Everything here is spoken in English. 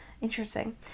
Interesting